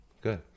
good